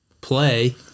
play